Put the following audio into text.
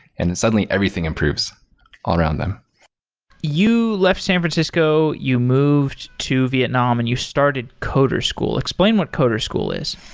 and and suddenly, everything improves all around them you left san francisco. you moved to vietnam, and you started coder school. explain what coder school is.